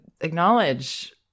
acknowledge